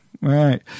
Right